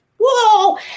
Whoa